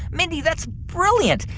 mindy, that's brilliant.